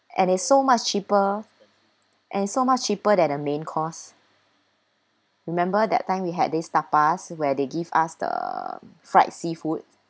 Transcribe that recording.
and it's so much cheaper and so much cheaper than a main course remember that time we had this tapas where they give us the fried seafood